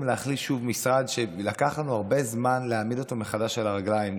להחליש שוב משרד שלקח לנו הרבה זמן להעמיד אותו מחדש על הרגליים.